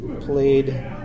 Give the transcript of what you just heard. played